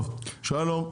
טוב, שלום.